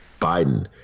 Biden